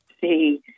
see